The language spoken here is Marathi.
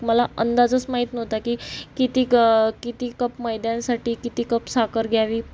मला अंदाजच माहीत नव्हता की किती कप मैद्यासाठी किती कप साखर घ्यावी